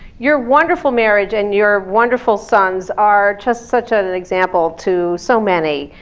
your wonderful marriage and your wonderful sons are just such an example to so many.